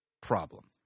problem